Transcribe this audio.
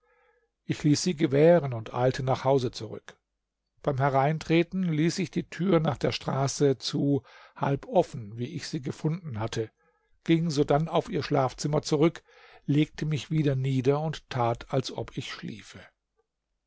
ich ließ sie gewähren und eilte nach hause zurück beim hereintreten ließ ich die tür nach der straße zu halb offen wie ich sie gefunden hatte ging sodann auf ihr schlafzimmer zurück legte mich wieder nieder und tat als ob ich schliefe